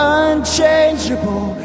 unchangeable